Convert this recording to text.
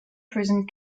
prison